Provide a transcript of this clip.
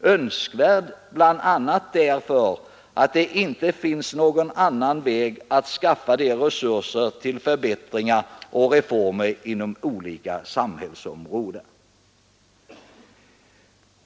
Önskvärd, bl.a. därför att det inte finns någon annan väg att skaffa resurser till förbättringar och reformer inom olika samhällsområden.